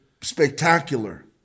spectacular